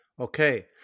Okay